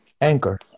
Anchor